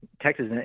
Texas